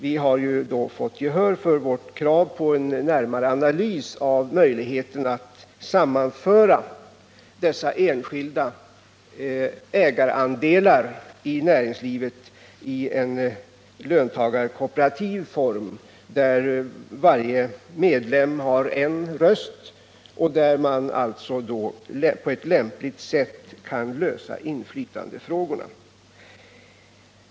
Vi har sålunda fått gehör för vårt krav på en närmare analys i fråga om möjligheterna att sammanföra dessa enskilda ägarandelar i näringslivet i en löntagarkooperativ form, där varje medlem har en röst. Därmed kan man på ett lämpligt sätt lösa inflytandefrågorna.